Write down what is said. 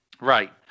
Right